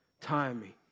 timing